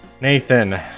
Nathan